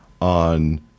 on